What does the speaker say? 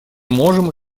можем